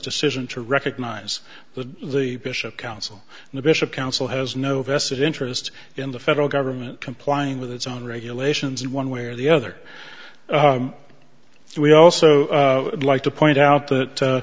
decision to recognize that the bishop council and the bishop council has no vested interest in the federal government complying with its own regulations one way or the other we also like to point out that